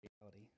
reality